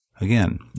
again